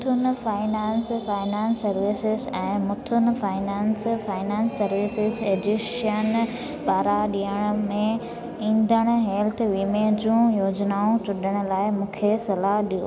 Muthoot finance finance services ऐं Muthoot finance finance services एजेंसियुनि पारां ॾियण में ईंदड़ हेल्थ वीमे जूं योजनाऊं चूंडण लाइ मूंखे सलाहु ॾियो